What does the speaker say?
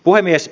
puhemies